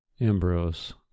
Ambrose